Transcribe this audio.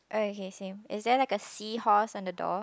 oh okay same is there like a seahorse on the door